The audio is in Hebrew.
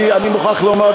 אני מוכרח לומר,